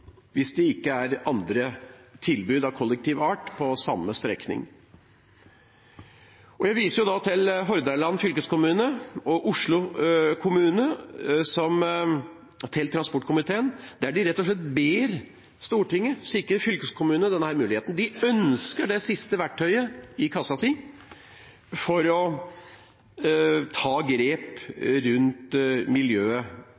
hvis det ikke er andre tilbud av kollektiv art på samme strekning. Jeg viser her til brev fra Hordaland fylkeskommune og Oslo kommune til transportkomiteen, der de rett og slett ber Stortinget sikre fylkeskommunene denne muligheten. De ønsker det siste verktøyet i kassa si for å kunne ta